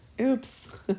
Oops